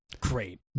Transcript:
great